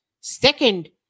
Second